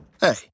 Hey